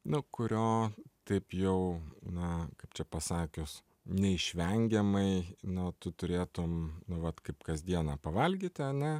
nu kurio taip jau na kaip čia pasakius neišvengiamai na tu turėtum nu vat kaip kasdieną pavalgyti ane